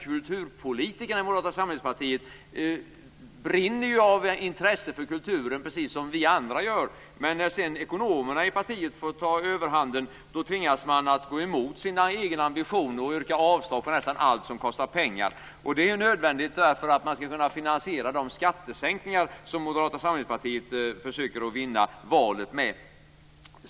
Kulturpolitikerna i Moderata samlingspartiet brinner ju av intresse för kulturen precis som vi andra gör. Men när sedan ekonomerna i partiet får ta överhanden tvingas man gå emot sina egna ambitioner och yrka avslag på nästan allt som kostar pengar. Det är nödvändigt för att man skall kunna finansiera de skattesänkningar som Moderata samlingspartiet försöker vinna valet med.